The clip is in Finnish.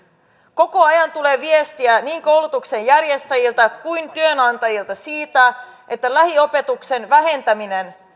koko ajan tulee viestiä niin koulutuksenjärjestäjiltä kuin työnantajilta siitä että lähiopetuksen vähentäminen